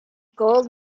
gold